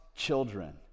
children